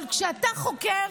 אבל כשאתה חוקר,